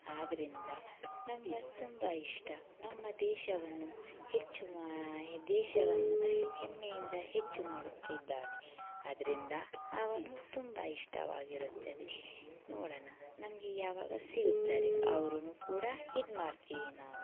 ಆದ್ದರಿಂದ ನಮ್ಗೆ ಅದು ತುಂಬ ಇಷ್ಟ ನಮ್ಮ ದೇಶವನ್ನು ಹೆಚ್ಚು ಮಾ ದೇಶವನ್ನು ಹೆಮ್ಮೆಯಿಂದ ಹೆಚ್ಚು ಮಾಡುತ್ತಿದ್ದಾನೆ ಅದರಿಂದ ಅವನು ತುಂಬ ಇಷ್ಟವಾಗಿರುತ್ತದೆ ನೋಡಣ ನಮಗೆ ಯಾವಾಗ ಸಿಗುತ್ತಾರೆ ಅವ್ರನ್ನೂ ಕೂಡ ಇದು ಮಾಡ್ತೀವಿ ನಾವು